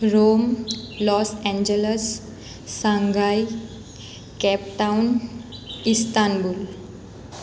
Rome Los Angeles Shanghai Cape Town Istanbul